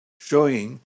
showing